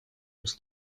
los